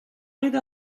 rit